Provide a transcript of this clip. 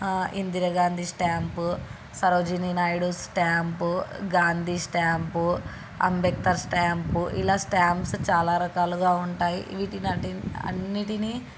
Indira Gandhi stamp Sarojini Naidu stamp Gandhi stamp Ambedkar stamp ఇలా stamps చాలా రకాలుగా ఉంటాయి వీటిని అంటే అన్నిటినీ